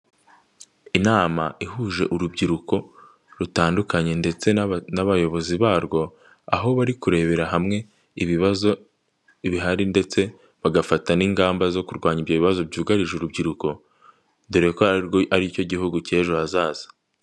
Inama ihuje urubyiruko rutandukanye ndetse n'abayobozi barwo, aho bari kurebera hamwe ibibazo bihari ndetse bagafata n'ingamba zo kurwanya ibyo bibazo byugarije urubyiruko dore ko ari cyo gihugu cy'ejo hazaza.